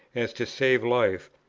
as to save life,